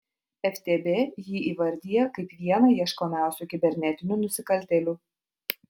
ftb jį įvardija kaip vieną ieškomiausių kibernetinių nusikaltėlių